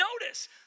notice